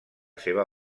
seva